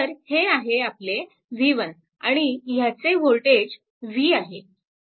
तर हे आहे आपले v1 आणि ह्याचे वोल्टेज v आहे